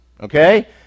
Okay